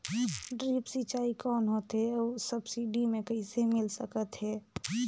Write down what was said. Drip सिंचाई कौन होथे अउ सब्सिडी मे कइसे मिल सकत हे?